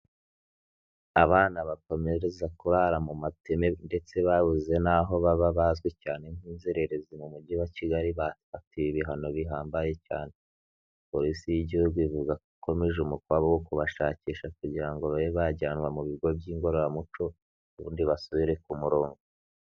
Abana bakomereza kurara mu mateme ndetse babuze naho baba bazwi cyane nk'inzererezi mu mujyi wa Kigali, bafatiwe ibihano bihambaye cyane, polisi y'igihugu ivuga ko ikomeje umukwabu wo kubashakisha kugira ngo babe bajyanwa mu bigo by'ingororamuco, ubundi basubire ku murongo.